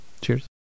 Cheers